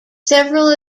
several